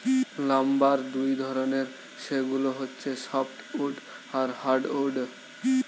lumber দুই ধরনের, সেগুলো হচ্ছে সফ্ট উড আর হার্ড উড